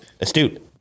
astute